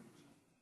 אדוני היושב-ראש,